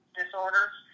disorders